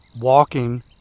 walking